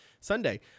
Sunday